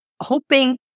hoping